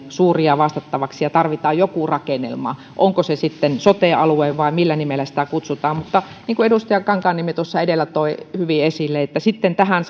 suuria vastattaviksi ja tarvitaan joku rakennelma onko se sitten sote alue vai millä nimellä sitä kutsutaan mutta niin kuin edustaja kankaanniemi tuossa edellä toi hyvin esille sitten tähän